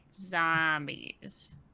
zombies